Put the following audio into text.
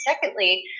Secondly